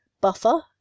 Buffer